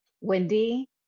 Wendy